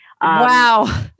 Wow